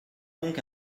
donc